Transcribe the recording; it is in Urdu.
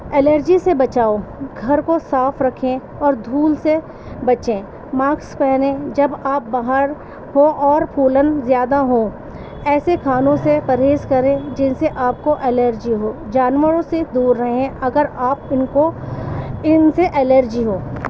الرجی سے بچاؤ گھر کو صاف رکھیں اور دھول سے بچیں ماکس پہنیں جب آپ باہر ہوں اور پھولن زیادہ ہو ایسے کھانوں سے پرہیز کریں جن سے آپ کو الرجی ہو جانوروں سے دور رہیں اگر آپ ان کو ان سے الرجی ہو